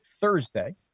Thursday